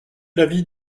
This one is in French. l’avis